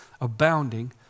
abounding